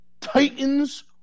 Titans